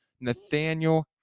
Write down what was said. Nathaniel